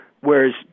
whereas